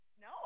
No